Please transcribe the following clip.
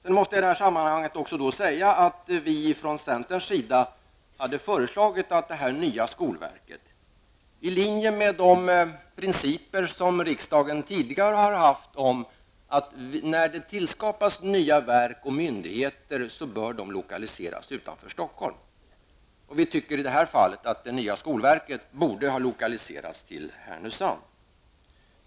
I det här sammanhanget måste jag säga att vi i centern har föreslagit att det nya skolverket, i linje med riksdagens tidigare principer när det gäller tillskapandet av nya verk och myndigheter, bör lokaliseras utanför Stockholm. I det här fallet borde det nya skolverket ha lokaliserats till Härnösand.